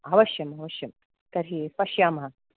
अवश्यम् अवश्यं तर्हि पश्यामः